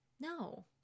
No